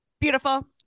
Beautiful